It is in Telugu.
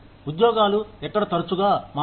ఉద్యోగాలు ఎక్కడ తరచుగా మారవు